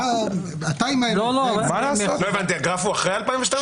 --- לא הבנתי, הגרף הוא אחרי 2012?